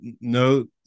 no